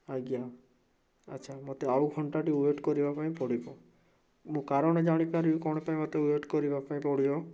ଆଜ୍ଞା ଆଛା ମୋତେ ଆଉ ଘଣ୍ଟାଟି ୱେଟ୍ କରିବା ପାଇଁ ପଡ଼ିବ ମୁଁ କାରଣ ଜାଣିପାରିବି କ'ଣ ପାଇଁ ମତେ ୱେଟ୍ କରିବା ପାଇଁ ପଡ଼ିବ